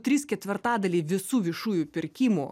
trys ketvirtadaliai visų viešųjų pirkimų